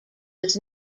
was